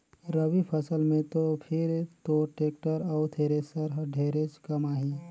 रवि फसल मे तो फिर तोर टेक्टर अउ थेरेसर हर ढेरेच कमाही